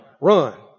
Run